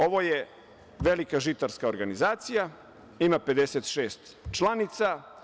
Ovo je velika žitarska organizacija, ima 56 članica.